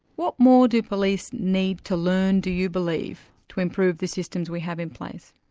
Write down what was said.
what more do police need to learn, do you believe, to improve the systems we have in place?